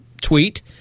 tweet